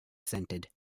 scented